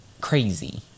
crazy